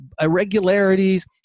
irregularities